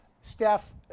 Steph